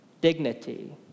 dignity